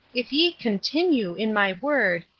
if ye continue in my word,